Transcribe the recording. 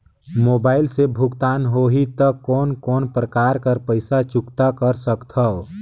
Mobile से भुगतान होहि त कोन कोन प्रकार कर पईसा चुकता कर सकथव?